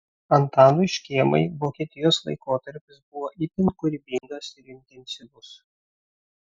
antanui škėmai vokietijos laikotarpis buvo itin kūrybingas ir intensyvus